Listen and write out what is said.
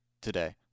today